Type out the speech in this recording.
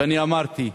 ואני אמרתי,